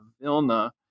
Vilna